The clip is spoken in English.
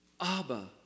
Abba